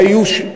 של